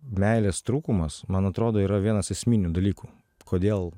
meilės trūkumas man atrodo yra vienas esminių dalykų kodėl